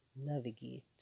navigate